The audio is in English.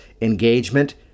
engagement